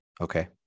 okay